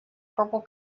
purple